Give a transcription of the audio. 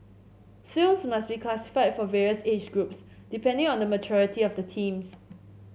films must be classified for various age groups depending on the maturity of the themes